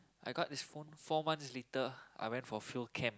I got this phone four months later I went for field camp